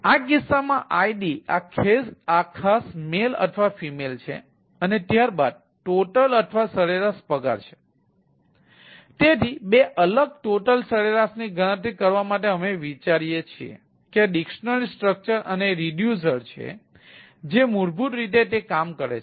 તેથી આ કિસ્સામાં id આ ખાસ મેલ છે જે મૂળભૂત રીતે તે કામ કરે છે